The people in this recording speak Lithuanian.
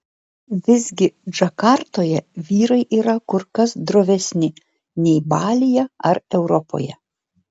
visgi džakartoje vyrai yra kur kas drovesni nei balyje ar europoje